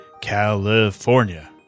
California